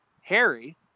Harry